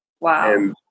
Wow